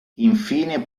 infine